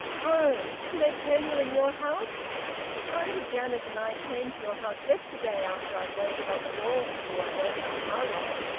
home. didn't they tell you in your house auntie janet and i came to your house yesterday, after i'd waited on the wall for you i don't know how long,